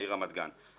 העיר רמת גן,